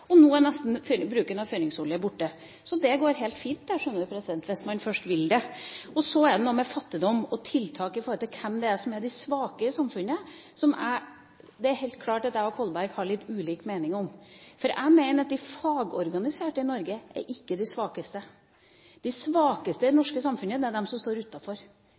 og nå er nesten bruken av fyringsolje borte. Så det går helt fint, det, hvis man først vil det. Så er det noe med fattigdom og tiltak når det gjelder hvem det er som er de svake i samfunnet. Det er helt klart at jeg og Kolberg har litt ulik mening om det. Jeg mener at de fagorganiserte i Norge ikke er de svakeste. De svakeste i det norske samfunnet er de som står